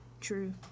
true